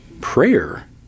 Prayer